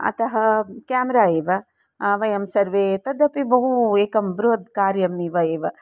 अतः केमेरा एव वयं सर्वे तदपि बहु एकं बृहद् कार्यम् इव एव